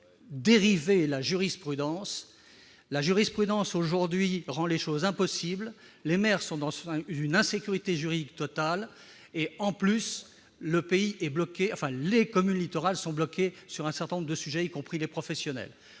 dériver la jurisprudence, qui aujourd'hui rend les choses impossibles. Les maires sont dans une insécurité juridique totale, et les communes littorales sont bloquées sur un certain nombre de sujets, y compris les professionnels.